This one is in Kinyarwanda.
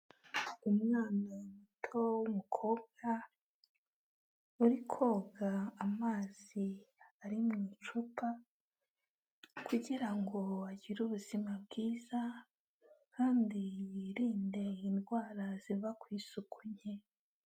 Umwana muto w'umukobwa uri koga amazi ari mu icupa kugira ngo agire ubuzima bwiza kandi yirinde indwara ziva ku isuku nke.